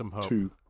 two